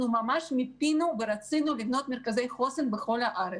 מיפינו ורצינו לבנות מרכזי חוסן בכל הארץ,